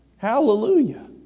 Hallelujah